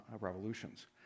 revolutions